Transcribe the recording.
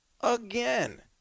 Again